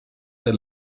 der